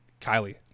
Kylie